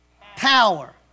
power